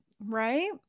right